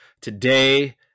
Today